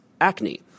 acne